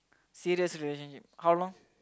serious relationship how long